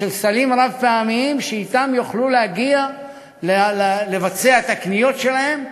של סלים רב-פעמיים שאתם יוכלו להגיע לבצע את הקניות שלהם.